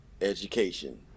education